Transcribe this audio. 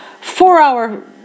four-hour